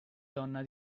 donna